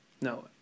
No